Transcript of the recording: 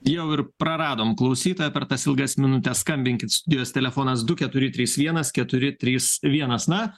jau ir praradom klausytoją per tas ilgas minutes skambinkit studijos telefonas du keturi trys vienas keturi trys vienas na